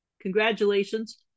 Congratulations